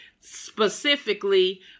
specifically